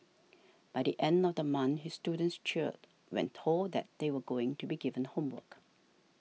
by the end of the month his students cheered when told that they were going to be given homework